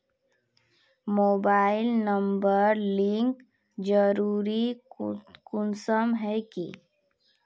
Mobile number link जरुरी कुंसम है की?